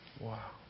Wow